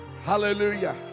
Hallelujah